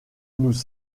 nous